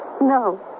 No